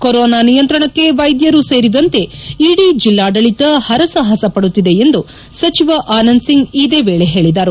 corona ನಿಯಂತ್ರಣಕ್ಕೆ ವೈದ್ಯರು ಸೇರಿದಂತೆ ಇಡೀ ಜಿಲ್ವಾಡಳಿತ ಹರಸಾಹಸ ಪಡುತ್ತಿದೆ ಎಂದು ಸಚಿವ ಆನಂದ್ ಸಿಂಗ್ ಇದೇ ವೇಳೆ ಹೇಳಿದರು